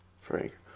Frank